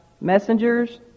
messengers